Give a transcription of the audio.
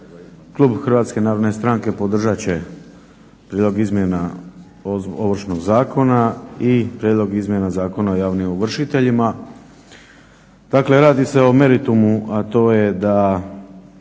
Klub HNS-a podržat će prijedlog izmjena Ovršnog zakona i prijedlog izmjena Zakona o javnim ovršiteljima. Dakle, radi se o meritumu, a to je da